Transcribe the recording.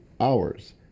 hours